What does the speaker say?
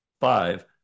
five